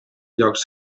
llocs